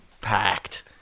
Packed